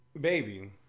Baby